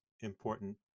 important